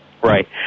Right